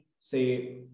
say